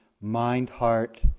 mind-heart